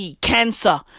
cancer